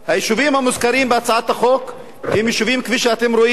היישובים המוזכרים בהצעת החוק, כפי שאתם רואים,